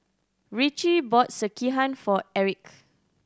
Ritchie bought Sekihan for Eric